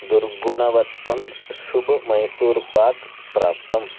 दुर्गुणवत्तं शुब् मैसूर्पाक् प्राप्तम्